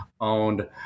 owned